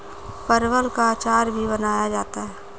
परवल का अचार भी बनाया जाता है